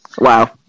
Wow